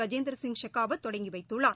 Gajendra Singh Shekhawat தொடங்கிவைத்துள்ளார்